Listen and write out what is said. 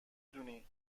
دونی